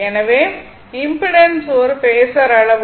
எனவே இம்பிடன்ஸ் ஒரு பேஸர் அளவு அல்ல